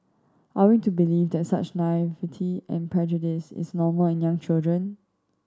are we to believe that such naivety and prejudice is normal in young children